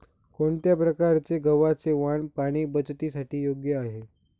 कोणत्या प्रकारचे गव्हाचे वाण पाणी बचतीसाठी योग्य आहे?